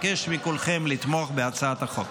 אני מבקש מכולכם לתמוך בהצעת החוק.